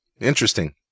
Interesting